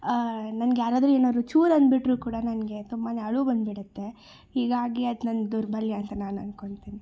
ನನ್ಗೆ ಯಾರಾದ್ರೂ ಏನಾದ್ರು ಚೂರು ಅಂದುಬಿಟ್ರು ಕೂಡ ನನಗೆ ತುಂಬಾ ಅಳು ಬಂದುಬಿಡತ್ತೆ ಹೀಗಾಗಿ ಅದು ನನ್ನ ದೌರ್ಬಲ್ಯ ಅಂತ ನಾನು ಅಂದ್ಕೋತಿನಿ